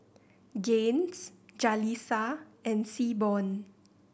Gaines Jalissa and Seaborn